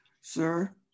sir